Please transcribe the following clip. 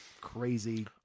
crazy